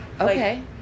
Okay